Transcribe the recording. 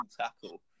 tackle